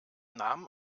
nahm